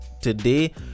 today